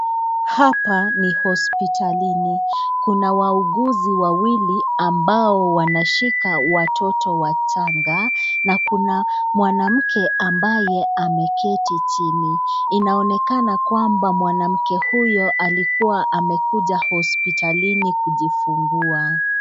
Hapa ni hospitalini. Kuna wauguzi wawili ambao wanashika watoto wachanga na kuna mwanamke ambaye ameketi chini. Inaonekana kwamba mwanamke huyo alikuwa amekuja hospitalini kujifungua.